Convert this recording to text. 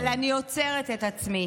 אבל אני עוצרת את עצמי,